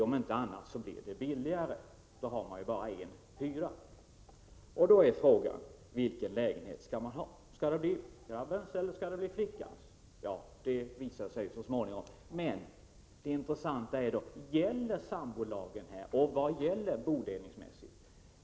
Om inte annat så blir det billigare, då har man ju bara en hyra. Frågan är om man skall bo i pojkens eller flickans lägenhet. Ja, det visar sig så småningom, men det intressanta är: Gäller sambolagen här och vad betyder det bodelningsmässigt?